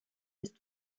ist